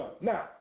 Now